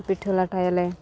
ᱯᱤᱴᱷᱟᱹ ᱞᱟᱴᱷᱟᱭᱟᱞᱮ